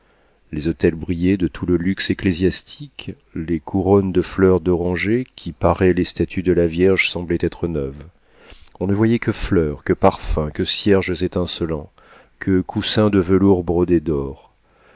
des autels brillaient de tout le luxe ecclésiastique les couronnes de fleurs d'oranger qui paraient les statues de la vierge semblaient être neuves on ne voyait que fleurs que parfums que cierges étincelants que coussins de velours brodés d'or